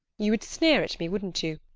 you would sneer at me, wouldn't you?